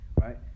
right